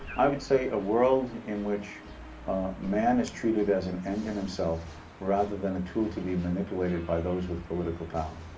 i would say a world in which man is treated as an end in himself rather than a tool to be manipulated by those with political power.